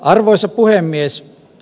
arvoisa puhemies